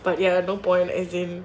but ya no point again